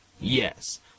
Yes